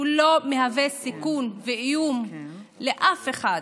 שהוא לא מהווה איום וסיכון לאף אחד